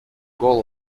goal